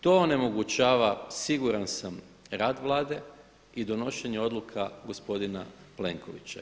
To onemogućava siguran sam rad Vlade i donošenja odluka gospodina Plenkovića.